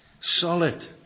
solid